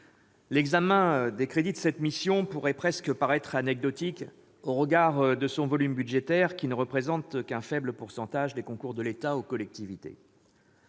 l'examen des crédits de cette mission pourrait presque paraître anecdotique au regard du volume budgétaire de celle-ci qui ne représente qu'un faible pourcentage des concours de l'État aux collectivités.